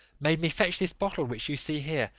made me fetch this bottle which you see here,